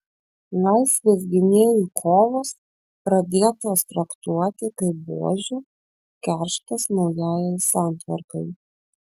laisvės gynėjų kovos pradėtos traktuoti kaip buožių kerštas naujajai santvarkai